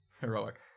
heroic